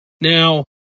Now